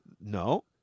No